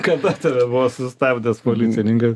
kada tave buvo sustabdęs policininkas